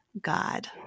god